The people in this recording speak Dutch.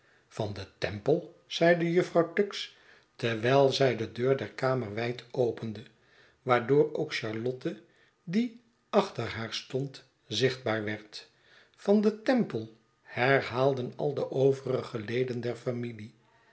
van den temple zeide jufvrouw tuggs terwyl zij de deur der kamer wijd opende waardoor ook charlotte die aehter haar stond zichtbaar werd van den temple herhaalden al de overige leden der familie